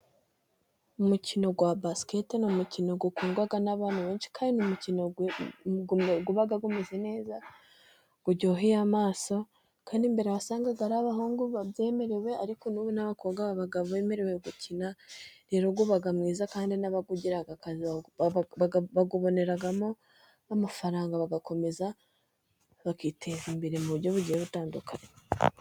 Umukino wa basikete bolo ni umukino ukundwa n'abantu benshi, kandi n'umukino uba umeze neza uryoheye amaso, kandi mbere wasangaga ari abahungu babyemerewe, ariko ubu n'abakobwa baba bemerewe gukina, rero uba mwiza kandi n'abawukina bawuboneramo amafaranga, bagakomeza bakiteza imbere mu buryo bugiye butandukanye.